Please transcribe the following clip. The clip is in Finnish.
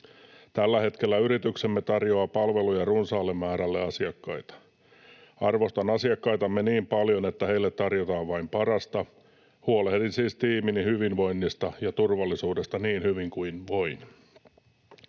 Tällä hetkellä yrityksemme tarjoaa palveluja runsaalle määrälle asiakkaita. Arvostan asiakkaitamme niin paljon, että heille tarjotaan vain parasta. Huolehdin siis tiimini hyvinvoinnista ja turvallisuudesta niin hyvin kuin voin.